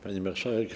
Pani Marszałek!